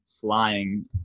flying